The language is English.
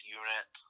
unit